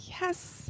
Yes